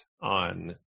on